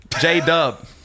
J-Dub